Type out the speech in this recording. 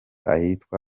ahitwa